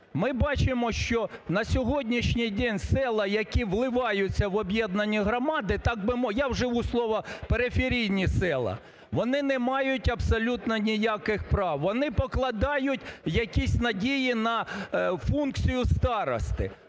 Ми бачимо, що на сьогоднішній день села, які вливаються в об'єднанні громади, так би…, я вживу слово "периферійні села", вони не мають абсолютно ніяких прав, вони покладають якісь надії на функції старости.